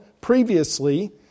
previously